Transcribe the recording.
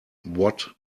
what